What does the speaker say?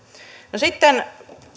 sitten